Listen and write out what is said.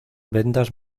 vendas